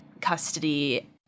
custody